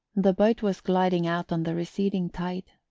the boat was gliding out on the receding tide.